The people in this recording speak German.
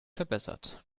verbessert